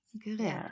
good